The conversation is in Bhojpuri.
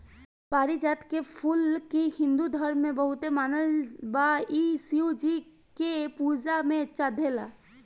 पारिजात के फूल के हिंदू धर्म में बहुते मानल बा इ शिव जी के पूजा में चढ़ेला